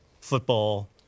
football